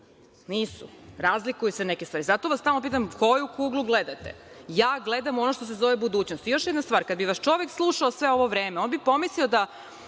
vi. Razlikuju se neke stvari. Zato vas stalno pitam, koju kuglu gledate? Ja gledam ono što se zove budućnost.I još jedna stvar, kada bi vas čovek slušao sve ovo vreme, on bi pomislio da